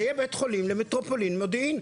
זה יהיה בית חולים למטרופולין מודיעין,